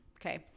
okay